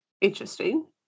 interesting